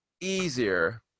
easier